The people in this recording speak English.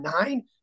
nine